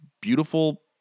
beautiful